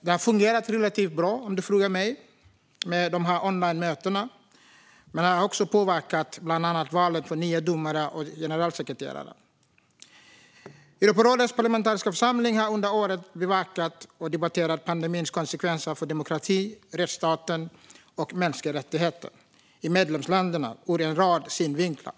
Det har fungerat relativt bra med onlinemöten, om ni frågar mig. Man har också påverkat bland annat valet av nya domare och en generalsekreterare. Europarådets parlamentariska församling har under året bevakat och debatterat pandemins konsekvenser för demokrati, rättsstaten och mänskliga rättigheter i medlemsländerna ur en rad synvinklar.